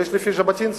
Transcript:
ויש לפי ז'בוטינסקי.